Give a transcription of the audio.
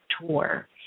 tour